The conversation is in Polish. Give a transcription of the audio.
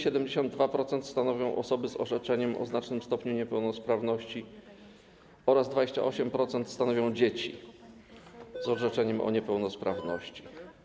72% z nich stanowią osoby z orzeczeniem o znacznym stopniu niepełnosprawności, a 28% stanowią dzieci z orzeczeniem o niepełnosprawności.